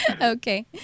okay